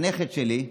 הנכד שלי,